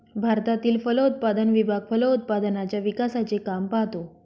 भारतातील फलोत्पादन विभाग फलोत्पादनाच्या विकासाचे काम पाहतो